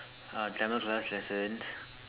uh Tamil class lessons